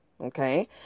Okay